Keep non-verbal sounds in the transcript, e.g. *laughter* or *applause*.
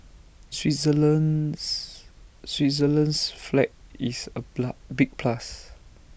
Switzerland's Switzerland's flag is A *unintelligible* big plus